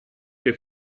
che